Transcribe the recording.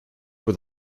with